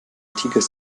antikes